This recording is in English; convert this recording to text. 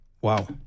Wow